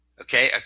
okay